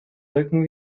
wirken